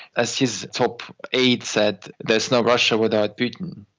as his top aide said, there's no russia without putin,